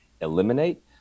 eliminate